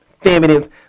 feminine